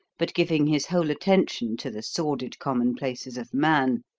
but giving his whole attention to the sordid commonplaces of man,